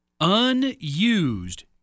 unused